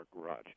garage